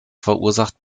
verursacht